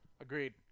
Agreed